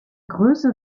größe